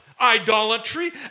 idolatry